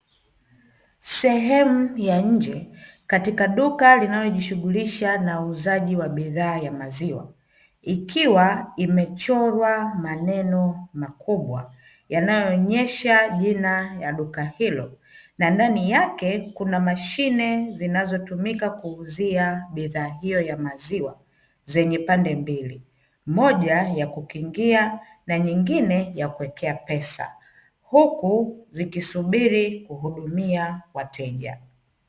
Sehemu ya nje katika duka linalojishughulisha na uuzaji wa bidhaa ya maziwa, ikiwa imechorwa maneno makubwa yanayoonyesha jina ya duka hilo, na ndani yake kuna mashine zinazotumika kuuzia bidhaa hiyo ya maziwa, zenye pande mbili, moja ya kukingia na nyingine ya kuwekea pesa huku zikisubiri kuhudumia wateja.